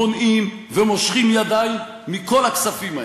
מונעים ומושכים ידיים מכל הכספים האלה,